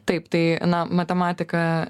taip tai na matematika